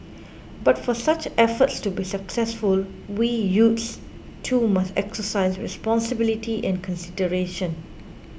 but for such efforts to be successful we youths too must exercise responsibility and consideration